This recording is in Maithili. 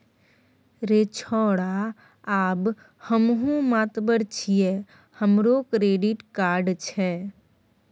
रे छौड़ा आब हमहुँ मातबर छियै हमरो क्रेडिट कार्ड छै